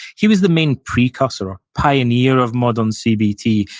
he was the main precursor, ah pioneer of modern cbt,